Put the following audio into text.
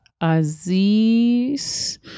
Aziz